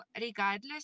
regardless